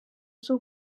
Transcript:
z’u